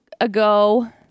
ago